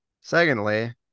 Secondly